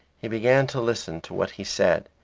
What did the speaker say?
he began to listen to what he said,